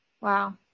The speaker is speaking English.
Wow